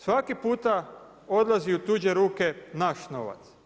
Svaki puta odlazi u tuđe ruke naš novac.